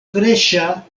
freŝa